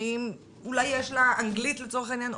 שאולי יש לה אנגלית לצורך העניין,